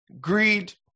Greed